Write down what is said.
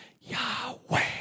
Yahweh